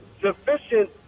sufficient –